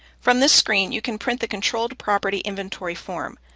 from the screen you can print the controlled property inventory form.